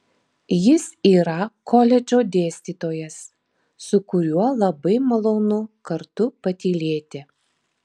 jis yra koledžo dėstytojas su kuriuo labai malonu kartu patylėti